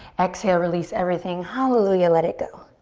exhale, release everything, hallelujah, let it go.